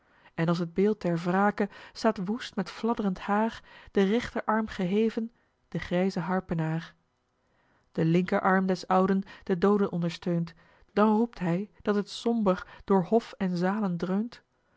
en als het beeld der wrake staat woest met fladdrend haar den rechterarm geheven de grijze harpenaar de linkerarm des ouden den doode ondersteunt dan roept hij dat het somber door hof en zalen dreunt